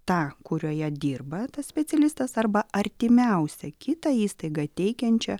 tą kurioje dirba tas specialistas arba artimiausią kitą įstaigą teikiančią